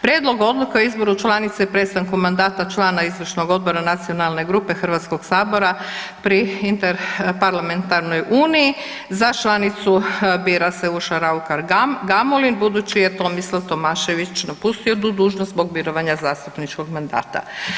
Prijedlog Odluke o izboru članice i prestanku mandata člana Izvršnog odbora nacionalne grupe Hrvatskog sabora pri interparlamentarnoj uniji, za članicu bira se Urša Raukar Gamulin, budući je Tomislav Tomašević napustio tu dužnost zbog mirovanja zastupničkog mandata.